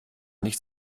nicht